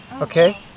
okay